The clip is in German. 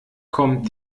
kommt